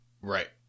Right